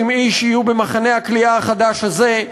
איש יהיה במחנה הכליאה החדש הזה,